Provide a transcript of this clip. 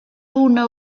una